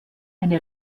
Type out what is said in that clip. eine